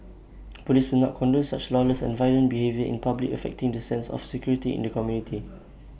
Police will not condone such lawless and violent behaviour in public affecting the sense of security of the community